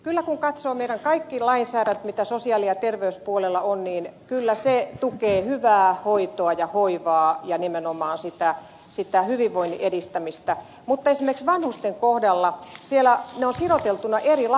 kun katsoo kaiken meidän lainsäädäntömme mitä sosiaali ja terveyspuolella on niin kyllä se tukee hyvää hoitoa ja hoivaa ja nimenomaan hyvinvoinnin edistämistä mutta esimerkiksi vanhusten kohdalla ne asiat ovat siroteltuina eri lakeihin